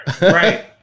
right